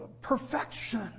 perfection